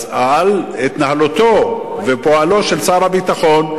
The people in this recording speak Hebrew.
על התנהלותו ופעולתו של שר הביטחון,